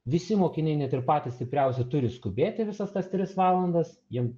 visi mokiniai net ir patys stipriausi turi skubėti visas tas tris valandas jiem